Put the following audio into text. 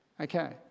Okay